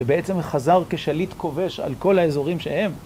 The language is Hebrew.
ובעצם חזר כשליט כובש על כל האזורים שהם.